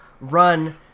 run